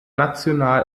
national